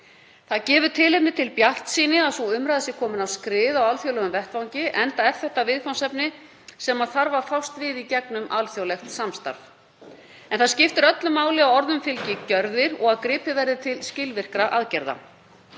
Það gefur tilefni til bjartsýni að sú umræða sé komin á skrið á alþjóðlegum vettvangi enda er þetta viðfangsefni sem þarf að fást við í gegnum alþjóðlegt samstarf. En það skiptir öllu máli að orðum fylgi gjörðir og að gripið verði til skilvirkra aðgerða.